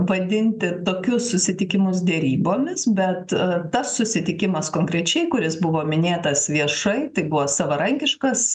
vadinti tokius susitikimus derybomis bet tas susitikimas konkrečiai kuris buvo minėtas viešai tai buvo savarankiškas